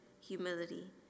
humility